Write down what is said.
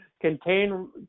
contain